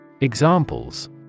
Examples